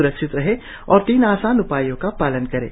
सुरक्षित रहें और तीन आसान उपायों का पालन करें